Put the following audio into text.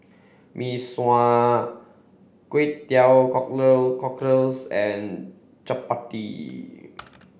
Mee Sua Kway Teow Cockles and Chappati